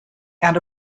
and